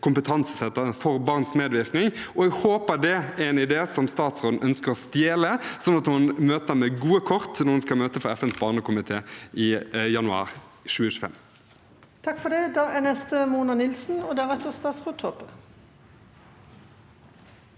kompetansesenter for barns medvirkning, og jeg håper det er en idé statsråden ønsker å stjele, sånn at hun møter med gode kort når hun skal møte i FNs barnekomité i januar 2025.